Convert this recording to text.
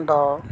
ᱫᱚ